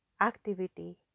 activity